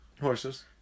Horses